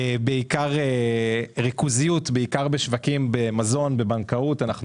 יש ריכוזיות במזון ובבנקאות שלגביהם